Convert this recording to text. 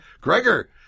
Gregor